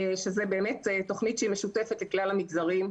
שזו באמת תכנית שהיא משותפת לכלל המגזרים,